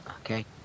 Okay